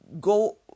go